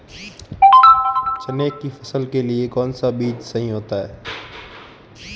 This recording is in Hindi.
चने की फसल के लिए कौनसा बीज सही होता है?